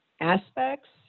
aspects